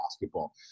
basketball